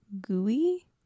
gooey